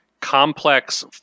complex